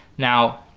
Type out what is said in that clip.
now